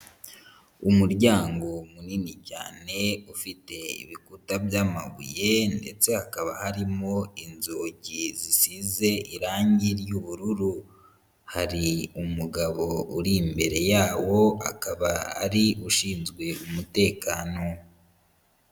Umuryango munini cyane ufite ibikuta by'amabuye ndetse hakaba harimo inzugi zisize irangi ry'ubururu. Hari umugabo uri imbere yawo akaba ari ushinzwe umutekano.